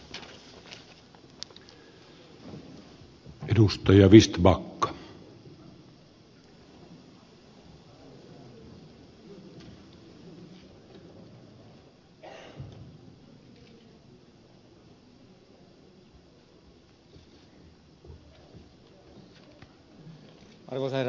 arvoisa herra puhemies